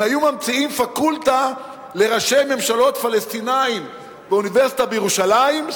אם היו ממציאים פקולטה לראשי ממשלות פלסטינים באוניברסיטה בירושלים,